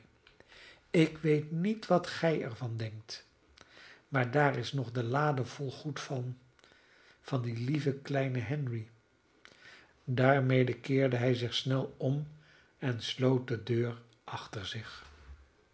ik weet niet wat gij er van denkt maar daar is nog de lade vol goed van van den lieven kleinen henry daarmede keerde hij zich snel om en sloot de deur achter zich